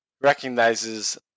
recognizes